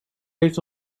heeft